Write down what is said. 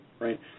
right